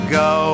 go